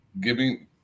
giving